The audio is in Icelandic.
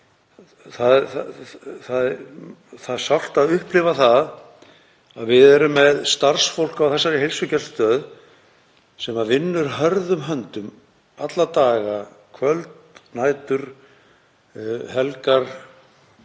Það er sárt að upplifa það að við erum með starfsfólk á þessari heilsugæslustöð sem vinnur hörðum höndum alla daga, kvöld, nætur og helgar